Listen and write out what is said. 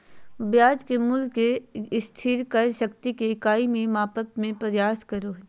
ब्याज के मूल्य के स्थिर क्रय शक्ति के इकाई में मापय के प्रयास करो हइ